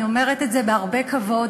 אני אומרת את זה בהרבה כבוד,